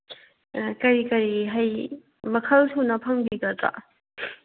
ꯀꯔꯤ ꯀꯔꯤ ꯍꯩ ꯃꯈꯜꯁꯨꯅ ꯐꯪꯕꯤꯒꯗ꯭ꯔꯣ